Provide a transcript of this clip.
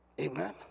Amen